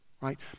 right